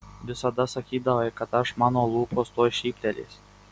visada sakydavai kad aš mano lūpos tuoj šyptelės